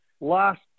last